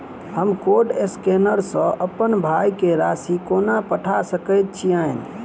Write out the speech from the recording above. हम code scanner सँ अप्पन भाय केँ राशि कोना पठा सकैत छियैन?